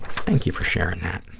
thank you for sharing that.